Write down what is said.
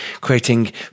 creating